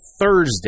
Thursday